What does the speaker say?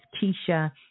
Keisha